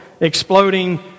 exploding